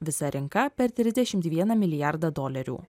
visa rinka per trisdešimt vieną milijardą dolerių